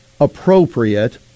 appropriate